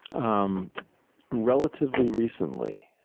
um relatively recently.